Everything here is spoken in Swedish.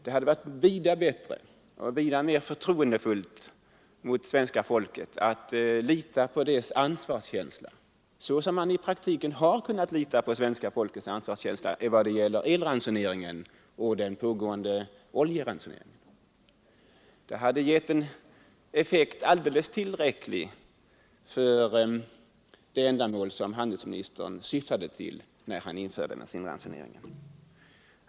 Det hade varit vida bättre och vida mer förtroendefullt mot svenska folket att lita till dess ansvarskänsla, så som man i praktiken kunnat lita på svenska folkets ansvarskänsla när det gäller elransoneringen och den pågående oljeransoneringen. Det hade gett en effekt alldeles tillräcklig för det ändamål som handelsministern syftade till när han införde bensinransoneringen.